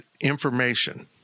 information